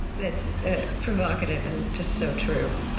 that's provocative and just so true.